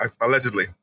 allegedly